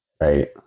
Right